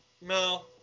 no